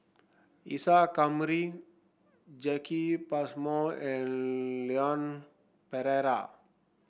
Isa Kamari Jacki Passmore and Leon Perera